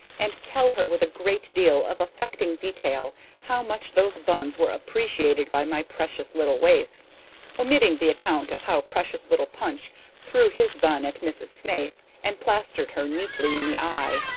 and tell her with a great deal of affecting detail how much those buns were appreciated by my precious little waifs omitting the account of how precious little punch threw his bun at miss snaith and plastered her neatly in the eye.